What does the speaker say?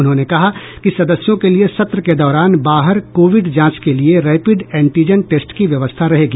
उन्होंने कहा कि सदस्यों के लिए सत्र के दौरान बाहर कोविड जांच के लिए रैपिड एंटीजेन टेस्ट की व्यवस्था रहेगी